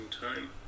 time